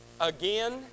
Again